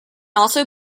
also